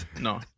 no